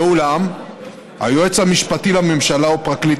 ואולם היועץ המשפטי לממשלה או פרקליט